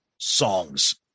songs